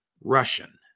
Russian